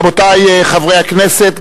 רבותי חברי הכנסת,